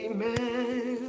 Amen